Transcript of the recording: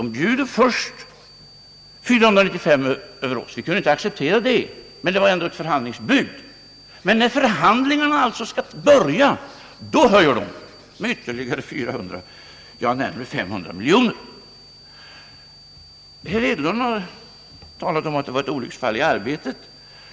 De bjöd först 495 miljoner kronor över oss — vi kunde inte acceptera det men det var ändå ett förhandlingsbud — men när förhandlingarna skulle börja höjde de med närmare 500 miljoner. Herr Hedlund har talat om att det var ett olycksfall i arbetet.